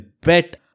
bet